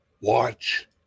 watch